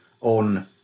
on